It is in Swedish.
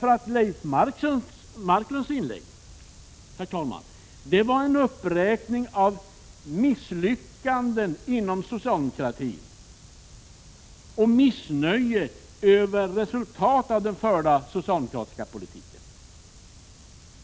För Leif Marklunds inlägg var en uppräkning av misslyckanden inom socialdemokratin och missnöje med resultaten av den förda socialdemokratiska politiken.